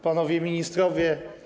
Panowie Ministrowie!